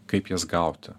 kaip jas gauti